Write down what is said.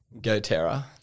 GoTerra